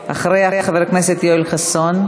אחריה, חבר הכנסת יואל חסון.